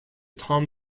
tom